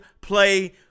play